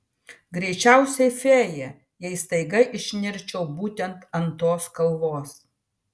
greičiausiai fėja jei staiga išnirčiau būtent ant tos kalvos